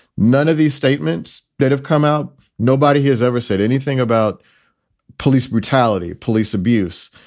none of these statements that have come out. nobody has ever said anything about police brutality, police abuse.